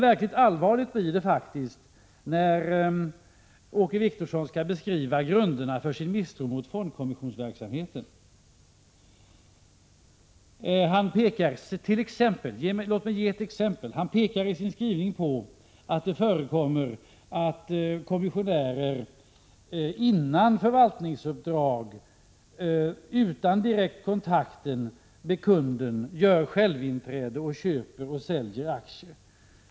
Verkligt allvarligt blir det faktiskt när Åke Wictorsson skall beskriva grunderna för sin misstro mot fondkommissionsverksamheten. Låt mig ge ett exempel. Han pekar på att det förekommer att kommissionärer före förvaltningsuppdraget och utan direkt kontakt med kunden gör självinträde och köper och säljer aktier.